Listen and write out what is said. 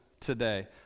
today